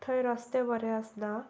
थंय रस्ते बरें आसनात